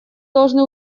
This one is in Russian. должны